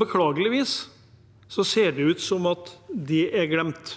beklageligvis ser det ut som om det er glemt.